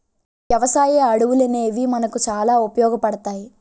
వ్యవసాయ అడవులనేవి మనకు చాలా ఉపయోగపడతాయి